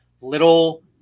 little